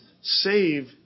save